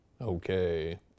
Okay